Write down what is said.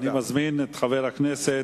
אני מזמין את חבר הכנסת